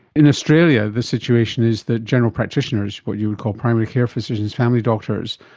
in australia the situation is that general practitioners, what you would call primary care physicians, family doctors,